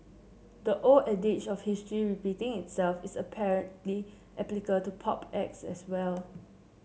the old adage of history repeating itself is apparently applicable to pop acts as well